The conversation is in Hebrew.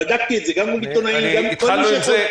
בדקתי את זה גם מול עיתונאים וגם מול כל מי שיכולתי.